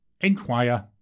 Inquire